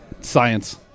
Science